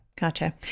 Gotcha